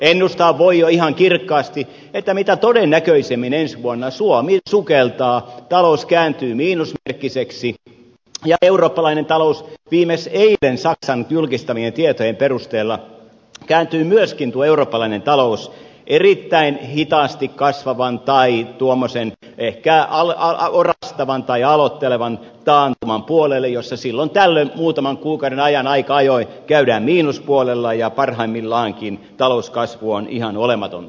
ennustaa voi jo ihan kirkkaasti että mitä todennäköisimmin ensi vuonna suomi sukeltaa talous kääntyy miinusmerkkiseksi ja eurooppalainen talous viimeksi eilen saksan julkistamien tietojen perusteella kääntyy myöskin tuo eurooppalainen talous erittäin hitaasti kasvavan tai tuommoisen ehkä orastavan tai aloittelevan taantuman puolelle jossa silloin tällöin muutaman kuukauden ajan aika ajoin käydään miinuspuolella ja parhaimmillaankin talouskasvu on ihan olematon